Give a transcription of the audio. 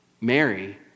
Mary